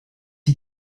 you